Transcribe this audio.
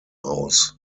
aus